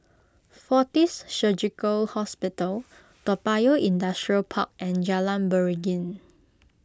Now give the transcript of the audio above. fortis Surgical Hospital Toa Payoh Industrial Park and Jalan Beringin